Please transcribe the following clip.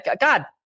God